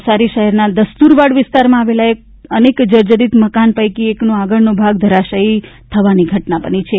નવસારી શહેરના દસ્ત્રવાડ વિસ્તારમાં આવેલા અનેક જર્જરીત મકાન પૈકી એકનો આગળનો ભાગ ધરાશાયી થવાની ઘટના બની છે